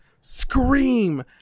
scream